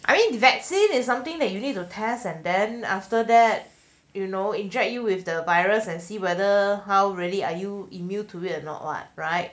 I mean vaccine is something that you need to test and then after that you know inject you with the virus and see whether how really are you immune to it or not [what] right